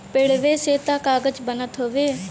पेड़वे से त कागज बनत हउवे